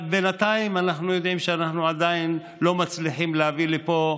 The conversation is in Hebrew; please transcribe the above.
בינתיים אנחנו יודעים שאנחנו עדיין לא מצליחים להביא לפה,